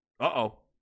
Uh-oh